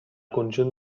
conjunt